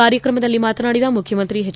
ಕಾರ್ಯಕ್ರಮದಲ್ಲಿ ಮಾತನಾಡಿದ ಮುಖ್ಯಮಂತ್ರಿ ಹೆಚ್